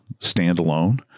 Standalone